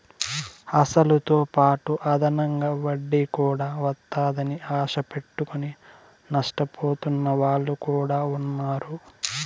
అసలుతోపాటు అదనంగా వడ్డీ కూడా వత్తాదని ఆశ పెట్టుకుని నష్టపోతున్న వాళ్ళు కూడా ఉన్నారు